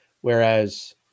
Whereas